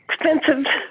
expensive